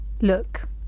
look